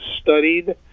studied